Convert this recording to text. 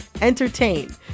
entertain